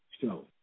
Show